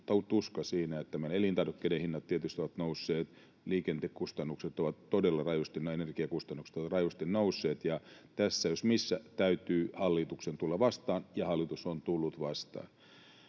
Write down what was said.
suuri tuska siinä, että elintarvikkeiden hinnat tietysti ovat nousseet, liikenteen kustannukset ovat todella rajusti nousseet, nämä energiakustannukset ovat rajusti nousseet. Tässä jos missä täytyy hallituksen tulla vastaan, ja hallitus on tullut vastaan.